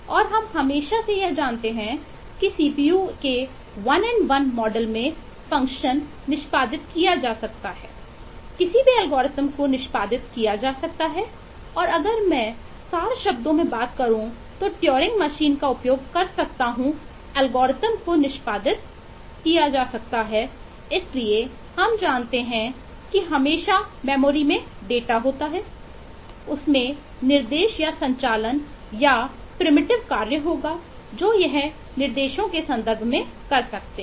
और हम हमेशा यह जानते हैं कि सीपीयू कार्य होगा जो यह निर्देशों के संदर्भ में कर सकते हैं